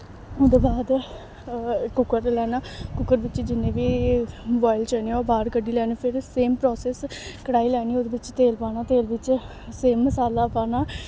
ओह्दे बाद कुकर लैना कुकर बिच्च जिन्ने बी उबाइल चने ओह् बाह्र कड्डी लैने फिर सेम प्रासैस कड़ाही लैनी ओह्दे बिच्च तेल पाना तेल बिच्च सेम मसाला पाना